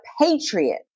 patriot